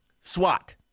SWAT